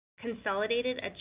Consolidated